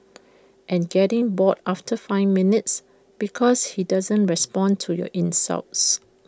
and getting bored after five minutes because he doesn't respond to your insults